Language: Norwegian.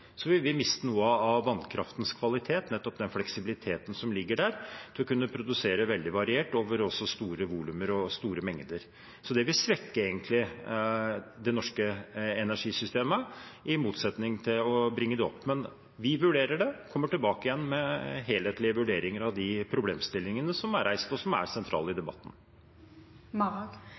vil vi miste noe av vannkraftens kvalitet – nettopp den fleksibiliteten som ligger der til å kunne produsere veldig variert også over store volumer og store mengder – så det vil egentlig svekke det norske energisystemet, i motsetning til å bringe det fram. Men vi vurderer det og kommer tilbake med helhetlige vurderinger av de problemstillingene som er reist, og som er sentrale i debatten.